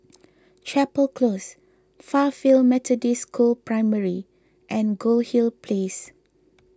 Chapel Close Fairfield Methodist School Primary and Goldhill Place